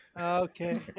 Okay